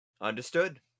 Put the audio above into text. Understood